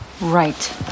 Right